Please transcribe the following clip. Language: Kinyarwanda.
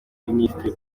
minisitiri